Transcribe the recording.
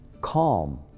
calm